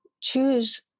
choose